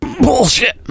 Bullshit